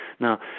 Now